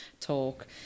talk